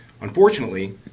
Unfortunately